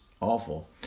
awful